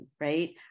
right